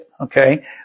okay